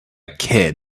kid